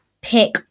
pick